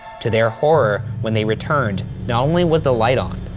to their horror, when they returned, not only was the light on,